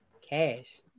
Cash